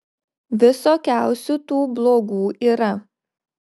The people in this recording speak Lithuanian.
visokiausių tų blogų yra